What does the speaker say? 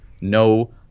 no